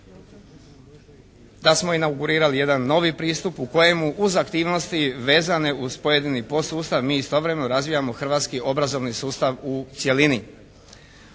da smo inaugurirali jedan novi pristup u kojemu uz aktivnosti vezane uz pojedini podsustava mi istovremeno razvijamo hrvatski obrazovni sustav u cjelini.